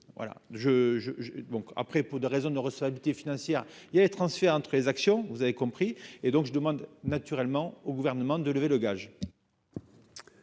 après, pour des raisons de recevabilité financière, il y a les transferts entre les actions, vous avez compris et donc je demande naturellement au gouvernement de lever le gage.